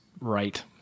right